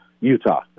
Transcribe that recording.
Utah